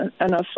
enough